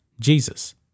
Jesus